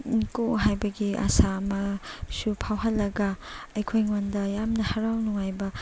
ꯀꯣ ꯍꯥꯏꯕꯒꯤ ꯑꯁꯥ ꯑꯃꯁꯨ ꯐꯥꯎꯍꯜꯂꯒ ꯑꯩꯈꯣꯏꯗ ꯌꯥꯝꯅ ꯍꯔꯥꯎ ꯅꯨꯡꯉꯥꯏꯕ